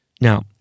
Now